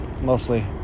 Mostly